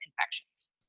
infections